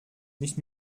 nicht